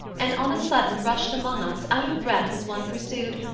and on a sudden rushed among us, out of breath as one pursued,